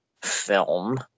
film